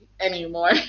anymore